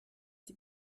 die